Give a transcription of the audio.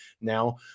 now